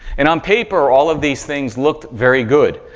and on paper, all of these things looked very good.